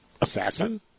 assassin